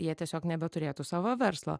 jie tiesiog nebeturėtų savo verslo